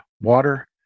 water